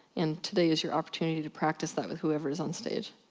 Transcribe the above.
and today is your opportunity to practice that with whoever is on stage.